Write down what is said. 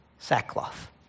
Sackcloth